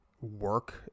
work